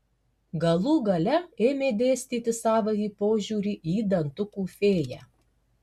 galų gale ėmė dėstyti savąjį požiūrį į dantukų fėją